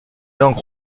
langues